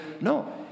No